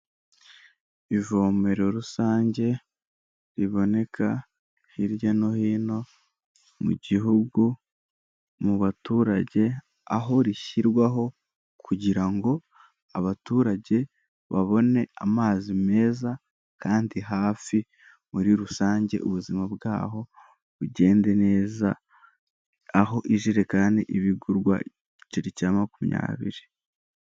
Ivomero rusange, riboneka hirya no hino, mu gihugu mu baturage, aho rishyirwaho kugira ngo abaturage babone amazi meza, kandi hafi muri rusange ubuzima bwaho bugende neza, aho ijerekani iba igurwa igiceri cya makumyabiri.